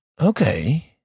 okay